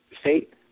state